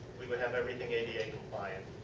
we would have everything ada compliant.